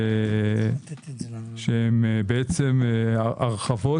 שהם בעצם הרחבות